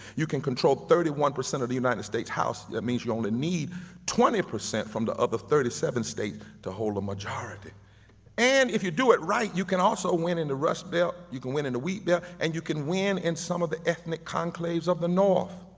you can control thirty one percent of the united states house, that means you only need twenty percent from the other thirty seven states to hold a majority and if you do it right, you can also win in the rust belt, you can win in the wheat belt yeah and you can win in some of the ethnic enclaves of the north.